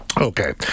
Okay